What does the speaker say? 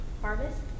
harvest